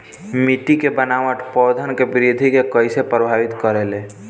मिट्टी के बनावट पौधन के वृद्धि के कइसे प्रभावित करे ले?